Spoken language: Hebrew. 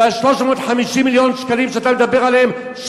ואת 350 מיליון השקלים שאתה מדבר עליהם,